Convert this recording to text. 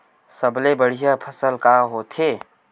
सबले बढ़िया फसल का होथे?